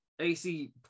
AC